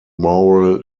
moral